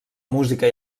música